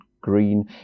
green